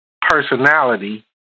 personality